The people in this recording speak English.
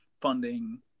funding